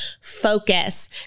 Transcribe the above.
focus